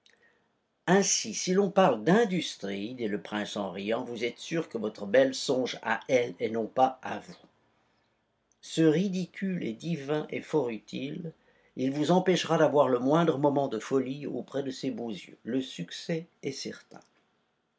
ainsi si l'on parle d'industrie dit le prince en riant vous êtes sûr que votre belle songe à elle et non pas à vous ce ridicule est divin et fort utile il vous empêchera d'avoir le moindre moment de folie auprès de ces beaux yeux le succès est certain